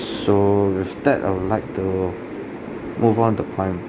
so with that I would like to move on the plan